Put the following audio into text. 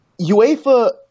UEFA